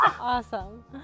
awesome